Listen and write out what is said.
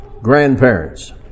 grandparents